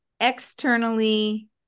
Externally